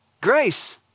Grace